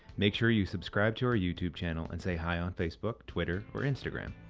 make sure you subscribe to our youtube channel and say hi on facebook, twitter or instagram.